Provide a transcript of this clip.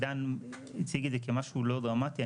עידן הציג את זה כמשהו לא דרמטי.